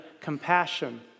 compassion